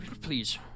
Please